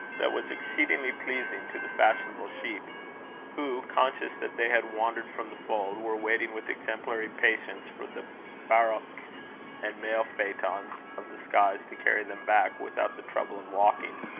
that was exceedingly pleasing to the fashionable sheep who, conscious that they had wandered from the fold, were waiting with exemplary patience for the barouches and mail-phaetons of the skies to carry them back without the trouble of walking.